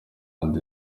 nde